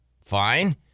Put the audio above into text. Fine